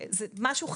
זה משהו חדש.